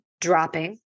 dropping